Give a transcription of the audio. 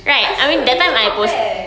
but still your design not bad